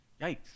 Yikes